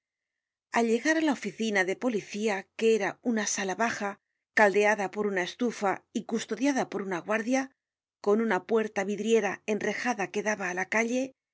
al llegar á la oficina de policía que era una sala baja caldeada por una estufa y custodiada por una guardia con una puerta vidriera enrejada que daba á la calle